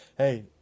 Hey